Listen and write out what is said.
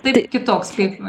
taip kitoks kaip